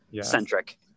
centric